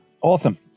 Awesome